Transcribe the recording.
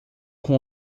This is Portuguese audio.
com